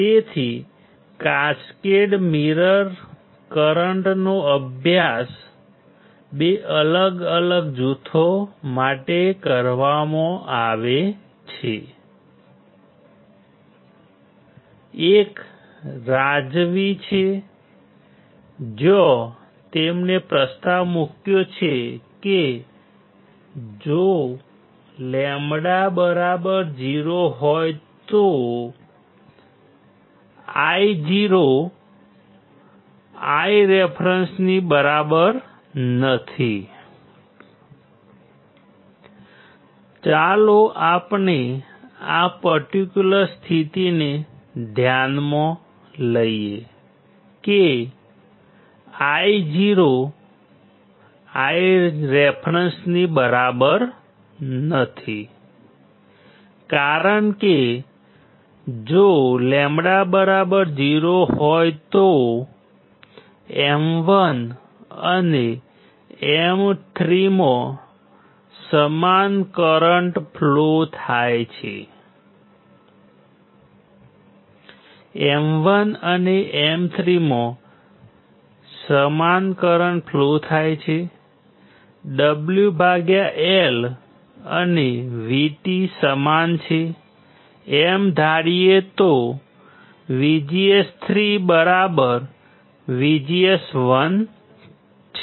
તેથી cascade current મિરરનો અભ્યાસ બે અલગ અલગ જૂથો માટે કરવામાં આવે છે એક રાઝવી છે જ્યાં તેમણે પ્રસ્તાવ મૂક્યો છે કે જો λ 0 હોય તો Io Ireference ની બરાબર નથી ચાલો આપણે આ પર્ટિક્યુલર સ્થિતિને ધ્યાનમાં લઈએ કે Io Ireference ની બરાબર નથી કારણ કે જો λ 0 હોય તો M1 અને M3 માં સમાન કરંટ ફ્લો થાય છે M1 અને M3 માં સમાન કરંટ ફ્લો થાય છે WL અને VT સમાન છે એમ ધારીતો VGS3 બરાબર VGS1 છે